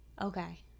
Okay